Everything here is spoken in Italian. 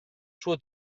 suo